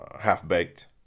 half-baked